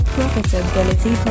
Profitability